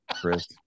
Chris